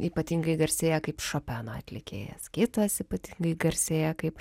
ypatingai garsėja kaip šopeno atlikėjas kitas ypatingai garsėja kaip